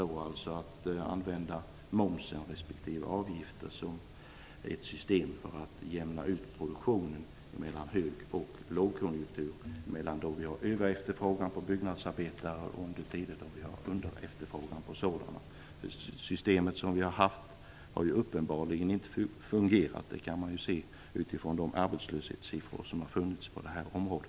Jag pratade om att använda momsen respektive avgifter som ett system för att jämna ut produktionen mellan hög och lågkonjunktur, dvs. mellan tider då vi har överefterfrågan på byggnadsarbetare och tider då vi har underefterfrågan på sådana. Det system vi har haft har uppenbarligen inte fungerat. Det kan man se på arbetslöshetsiffrorna på detta område.